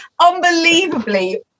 Unbelievably